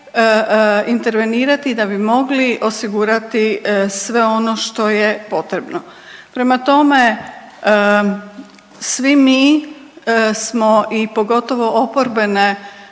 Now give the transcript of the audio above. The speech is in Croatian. intervenirati, da bi mogli osigurati sve ono što je potrebno. Prema tome, svi mi smo i pogotovo oporbene